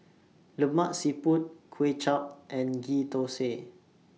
Lemak Siput Kway Chap and Ghee Thosai